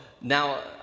now